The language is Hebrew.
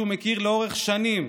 שהוא מכיר לאורך שנים,